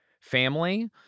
family